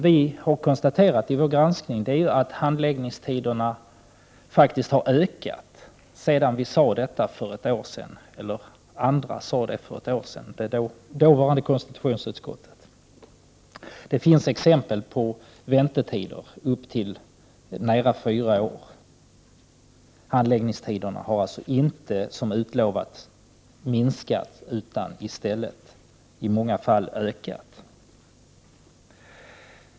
KU har i sin granskning konstaterat att handläggningstiderna faktiskt har ökat jämfört med vad KU konstaterade vid förra årets granskning. Det finns exempel på väntetider på nära fyra år. Handläggningstiderna har alltså inte, som utlovats, minskat utan i stället ökat i många fall.